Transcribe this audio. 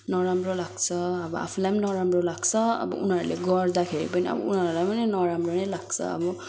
नराम्रो लाग्छ अब आफूलाई पनि नराम्रो लाग्छ अब उनीहरूले गर्दाखेरि पनि अब उनीहरूलाई पनि नराम्रो नै लाग्छ अब